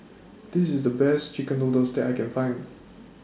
This IS The Best Chicken Noodles that I Can Find